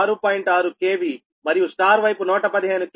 6 KV మరియు star వైపు 115 KV